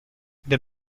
the